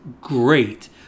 great